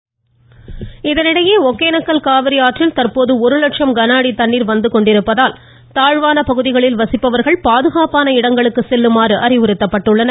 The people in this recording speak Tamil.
ஒகேனக்கவ் இதனிடையே ஒகேனக்கல் காவிரி ஆற்றில் தற்போது ஒரு லட்சம் கனஅடி தண்ணீர் வந்து கொண்டிருப்பதால் தாழ்வான பகுதிகளில் வசிப்பவர்கள் பாதுகாப்பான இடங்களுக்கு செல்லுமாறு அறிவுறுத்தப்பட்டுள்ளனர்